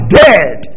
dead